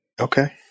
Okay